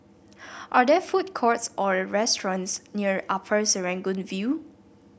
are there food courts or restaurants near Upper Serangoon View